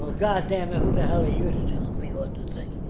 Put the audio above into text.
god dammit! who the hell are you to tell me what to think.